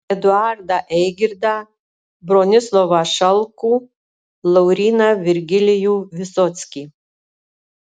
eduardą eigirdą bronislovą šalkų lauryną virgilijų visockį